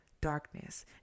darkness